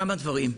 כמה דברים.